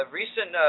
recent